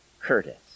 Curtis